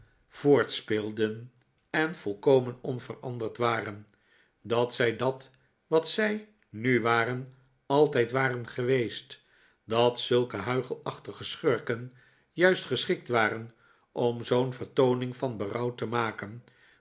voortspeelden en volkomen onveranderd waren dat zij dat wat zij nu waren altijd waren geweest dat zulke huichelachtige schurken juist geschikt waren om zoo'n vertooning van berouw te maken